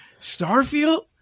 Starfield